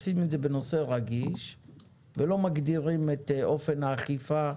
עושים את זה בנושא רגיש ולא מגדירים את אופן האכיפה,